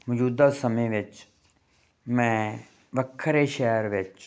ਮੌਜੂਦਾ ਸਮੇਂ ਵਿੱਚ ਮੈਂ ਵੱਖਰੇ ਸ਼ਹਿਰ ਵਿੱਚ